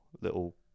little